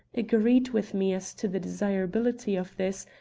agreed with me as to the desirability of this,